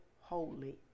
holy